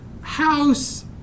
House